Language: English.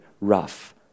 rough